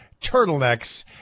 turtlenecks